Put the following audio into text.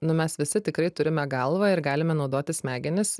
nu mes visi tikrai turime galvą ir galime naudotis smegenis